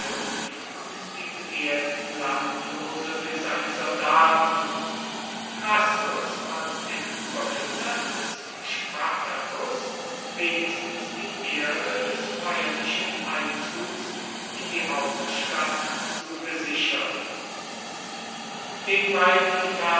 und die begehrten landlose für seine soldaten crassus als dem überwinder des spartacus wenigstens die ehre des feierlichen einzugs in die hauptstadt zugesichert den beiden